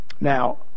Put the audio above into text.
Now